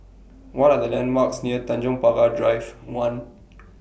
What Are The landmarks near Tanjong Pagar Drive one